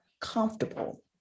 comfortable